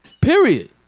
Period